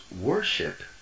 worship